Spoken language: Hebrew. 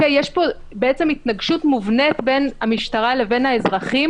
יש פה בעצם התנגשות מובנית בין המשטרה לבין האזרחים